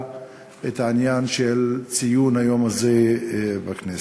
את העניין של ציון היום הזה בכנסת.